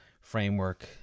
framework